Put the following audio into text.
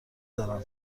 دارم